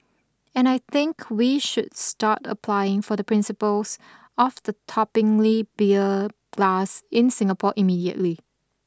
and I think we should start applying for the principles of the toppling beer glass in Singapore immediately